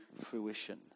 fruition